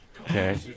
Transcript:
okay